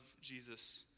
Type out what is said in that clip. Jesus